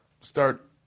start